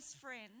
friend